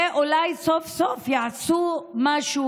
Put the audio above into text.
ואולי סוף-סוף יעשו משהו,